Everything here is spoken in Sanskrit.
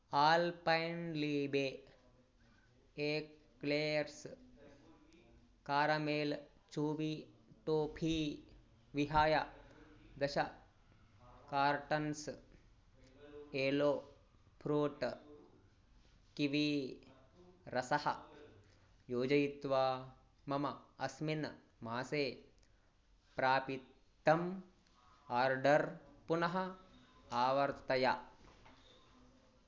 Alpenliebe eclairs caramel chewy toffee विहाय दश कार्टन्स् एलो फ्रूट् किवी रसं योजयित्वा मम अस्मिन् मासे प्रापितम् आर्डर् पुनः आवर्तय